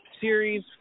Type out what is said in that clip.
Series